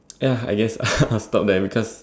ya I guess I'll stop there because